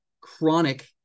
chronic